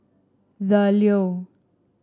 The Leo